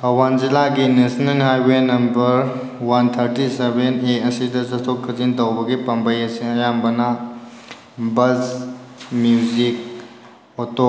ꯊꯧꯕꯥꯜ ꯖꯤꯂꯥꯒꯤ national highway number one thirty seven A ꯑꯁꯤꯗ ꯆꯠꯊꯣꯛ ꯆꯠꯁꯤꯟ ꯇꯧꯕꯒꯤ ꯄꯥꯝꯕꯩ ꯑꯁꯤ ꯑꯌꯥꯝꯕꯅ ꯕꯁ ꯃꯦꯖꯤꯛ ꯑꯣꯇꯣ